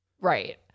right